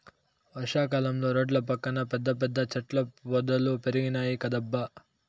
వర్షా కాలంలో రోడ్ల పక్కన పెద్ద పెద్ద చెట్ల పొదలు పెరిగినాయ్ కదబ్బా